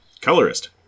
Colorist